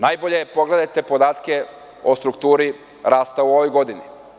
Najbolje je da pogledajte podatke o strukturi rasta u ovoj godini.